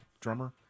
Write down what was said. drummer